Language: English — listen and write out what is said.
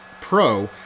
pro